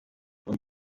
und